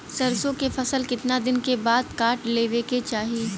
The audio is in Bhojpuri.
सरसो के फसल कितना दिन के बाद काट लेवे के चाही?